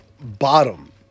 Bottom